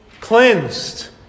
cleansed